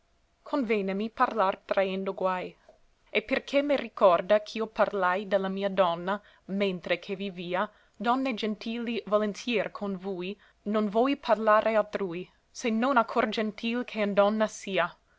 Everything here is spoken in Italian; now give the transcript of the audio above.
mena convènemi parlar traendo guai e perché me ricorda ch'io parlai de la mia donna mentre che vivia donne gentili volontier con vui non vòi parlare altrui se non a cor gentil che in donna sia